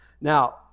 Now